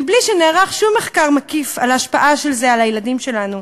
מבלי שנערך שום מחקר מקיף על ההשפעה על הילדים שלנו.